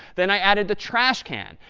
then i added the trash can.